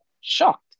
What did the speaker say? shocked